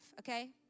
okay